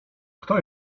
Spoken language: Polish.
kto